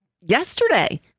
yesterday